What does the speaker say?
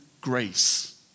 grace